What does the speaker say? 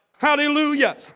Hallelujah